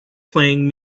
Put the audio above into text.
playing